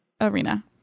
arena